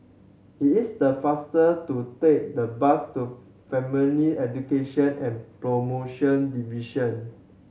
it is the faster to take the bus to Family Education and Promotion Division